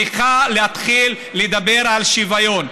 צריכה להתחיל לדבר על שוויון.